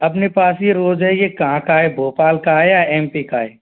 अपने पास ही रोज है ये कहाँ का है भोपाल का है या एम पी का है